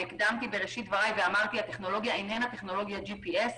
הטכנולוגיה אינה טכנולוגיית ג'י.פי.אס.